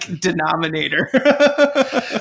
denominator